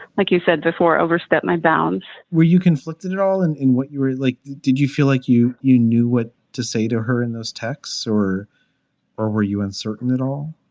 like you said before, overstep my bounds were you conflicted at all and in what you were like? did you feel like you you knew what to say to her in those texts or or were you uncertain at all?